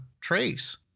trace